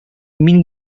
мин